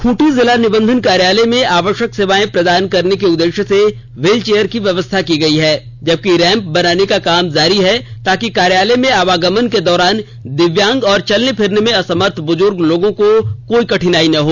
खूंटी जिला निबंधन कार्यालय में आवश्यक सेवाएं प्रदान करने के उद्देश्य से व्हीलचेयर की व्यवस्था की गई है जबकि रैंप बनाने का काम जारी है ताकि कार्यालय में आवागमन के दौरान दिव्यांग और चलने फिरने में असमर्थ बुजुर्ग लोगों को कोई कठिनाई न हो